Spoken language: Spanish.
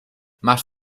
más